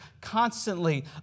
constantly